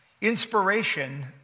Inspiration